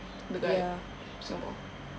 dekat singapore